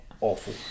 awful